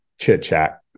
chit-chat